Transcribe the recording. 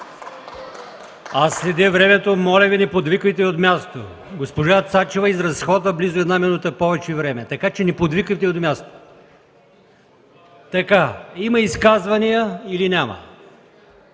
Аз следя времето. Моля Ви, не подвиквайте от място. Госпожа Цачева изразходва близо една минута повече време. Не подвиквайте от място. Има ли изказвания?